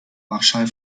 marschall